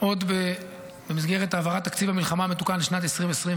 עוד במסגרת העברת תקציב המלחמה המתוקן לשנת 2024,